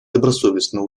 добросовестно